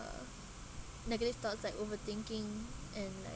uh negative thoughts like overthinking and like